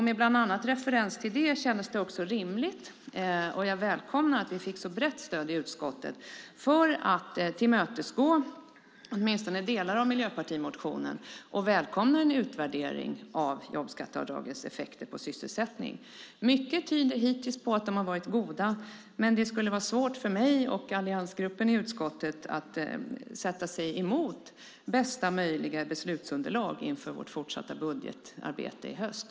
Med bland annat referens till det kändes det rimligt att tillmötesgå åtminstone delar av miljöpartimotionen, och jag gläds åt att vi fick ett brett stöd i utskottet och välkomnar en utvärdering av jobbskatteavdragets effekter på sysselsättningen. Mycket tyder hittills på att effekterna har varit goda, men det skulle vara svårt för mig och alliansgruppen i utskottet att sätta oss emot bästa möjliga beslutsunderlag inför vårt fortsatta arbete i höst.